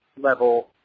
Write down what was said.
level